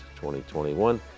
2021